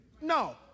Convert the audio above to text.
No